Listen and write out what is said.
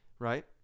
right